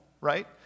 right